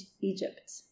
Egypt